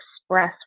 express